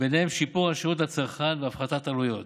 וביניהם שיפור השירות לצרכן והפחתת עלויות,